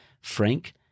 Frank